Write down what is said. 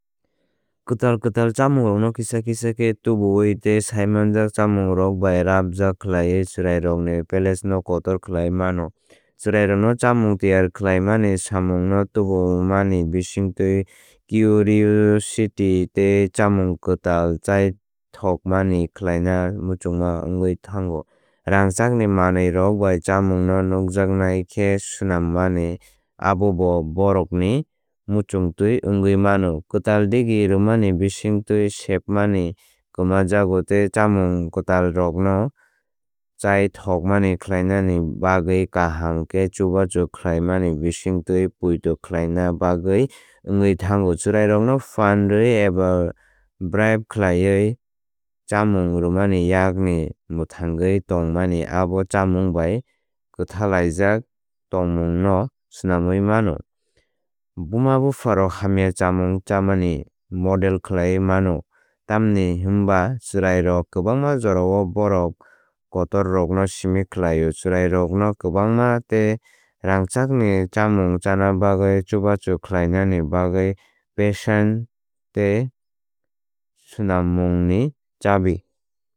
Kwtal kwtal chamungrokno kisa kisa khe tubuwi tei saimanjak chamungrok bai rabjak khlaiwi chwrairokni palates no kotor khlaiwi mano. Chwrairokno chamung tiyar khlaimani samungno tubumani bisingtwi curiosity tei chamung kwtal chaithokmani khlaina muchungma wngwi thango. Rangchakni manwirok bai chamungno nukjaknai khe swnammani abobo bohrokni muchungtwi wngwi mano. Kwtal degi rwmani bisingtwi sepmani kwmajago tei chamung kwtalrokno chaithokmani khlainani bagwi kaham khe chubachu khlaimani bisingtwi poito khlaina bagwi wngwi thango. Chwrairokno phan rwi eba bribe khaiwi chamung rwmani yakni mwthangwi tongmani abo chamung bai kwthalaijak tongmungno swnamwi mano. Bumabupharok hamya chamung chamani model khlaiwi mano tamni hwnba chwrairok kwbangma jorao borok kotorrokno simi khlaio. Chwrairokno kwbangma tei rangchakni chamung chana bagwi chubachu khlainani bagwi patient tei swnammungni chabi.